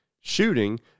shooting